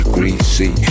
Greasy